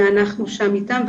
ואנחנו שם איתם,